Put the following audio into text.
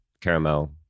Caramel